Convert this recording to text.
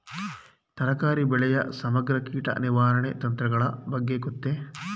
ತರಕಾರಿ ಬೆಳೆಯ ಸಮಗ್ರ ಕೀಟ ನಿರ್ವಹಣಾ ತಂತ್ರಗಳ ಬಗ್ಗೆ ಗೊತ್ತೇ?